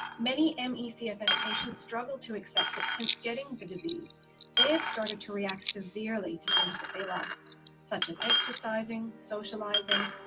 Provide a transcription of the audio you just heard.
many and me cfs patients struggle to accept that since getting the disease they have started to react severely to things that they love such as exercising, socialising,